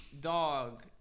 dog